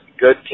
good